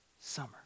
Summer